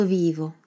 vivo